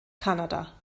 kanada